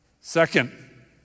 Second